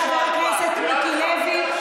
חבר הכנסת מיקי לוי,